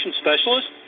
specialist